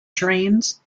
trains